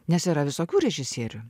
nes yra visokių režisierių